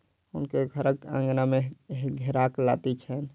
हुनकर घरक आँगन में घेराक लत्ती छैन